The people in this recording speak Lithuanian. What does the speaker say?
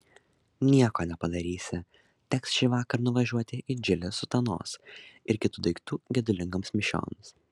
nieko nepadarysi teks šįvakar nuvažiuoti į džilį sutanos ir kitų daiktų gedulingoms mišioms